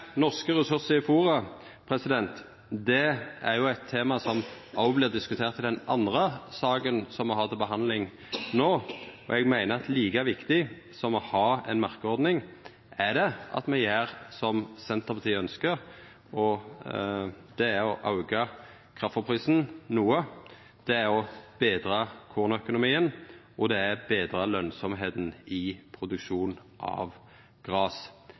Norske ressursar i fôret er eit tema som òg vart diskutert i den andre saka som me har til behandling no, og eg meiner at like viktig som å ha ei merkeordning er det at me gjer som Senterpartiet ønskjer, nemleg å auka kraftfôrprisen noko, betra kornøkonomien, og betra lønsemda i produksjon av gras.